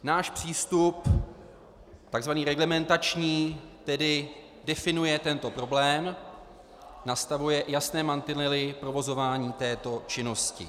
Náš přístup, tzv. reglementační, tedy definuje tento problém, nastavuje jasné mantinely provozování této činnosti.